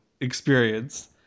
experience